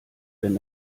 wenn